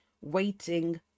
waiting